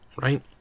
right